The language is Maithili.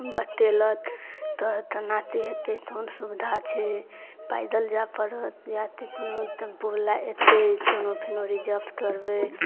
बतेलक तऽ एतऽ नहि तऽ हेतै कोन सुविधा छै पैदल जाए पड़त या तऽ कोनो टेम्पोवला अएतै कोनो फेनो रिजर्व करबै